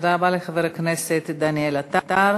תודה רבה לחבר הכנסת דניאל עטר.